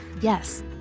Yes